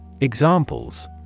Examples